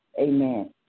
amen